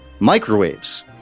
microwaves